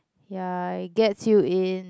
ya it gets you in